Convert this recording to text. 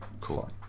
Cool